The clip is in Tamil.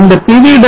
இந்த pv